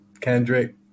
Kendrick